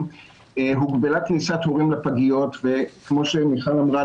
הוגבלה כניסת הורים לפגיות וכמו שמיכל אמרה,